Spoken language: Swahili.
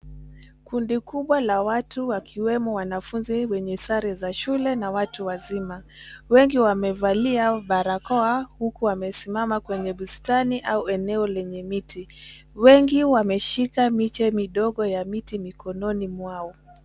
Kundi kubwa la watu wakiwemo wanafunzi wenye sare za shule na watu wazima , wengi wamevalia barakoa huku wamesimama kwenye bustani au eneo lenye miti, wengi wameshika miche midogo ya miti mikononi mwao.